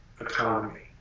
economy